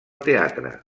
teatre